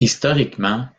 historiquement